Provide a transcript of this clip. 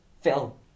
Phil